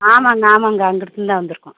ஆமாங்க ஆமாங்க அங்கிருந்துதான் வந்திருக்கோம்